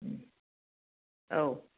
औ